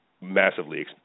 massively